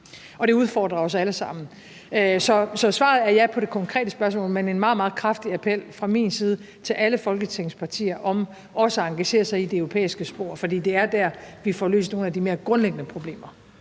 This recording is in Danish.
og det udfordrer os alle sammen. Så svaret er ja på det konkrete spørgsmål, men det er en meget, meget kraftig appel fra min side til alle Folketingets partier om også at engagere sig i det europæiske spor, for det er der, vi får løst nogle af de mere grundlæggende problemer.